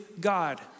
God